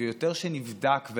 שנבדק יותר,